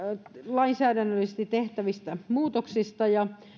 lainsäädännöllisesti tehtävistä muutoksista ja